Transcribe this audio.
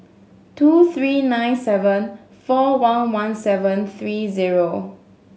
two three nine seven four one one seven three zero